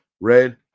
red